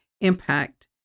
impact